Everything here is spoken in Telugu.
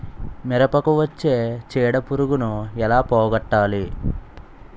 మిరపకు వచ్చే చిడపురుగును ఏల పోగొట్టాలి?